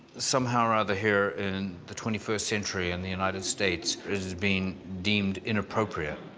somehow or other here in the twenty first century in the united states, it has been deemed inappropriate.